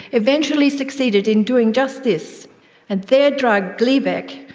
eventually succeeded in doing just this. and their drug, gleevec,